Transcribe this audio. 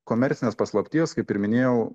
komercinės paslapties kaip ir minėjau